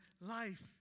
life